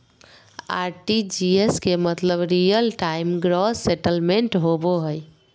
RTGS के मतलब real time gross settlement होबो हय